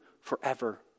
forever